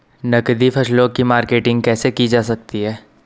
नकदी फसलों की मार्केटिंग कैसे की जा सकती है?